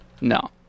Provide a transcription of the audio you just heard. No